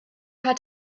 hat